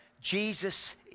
Jesus